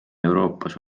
euroopas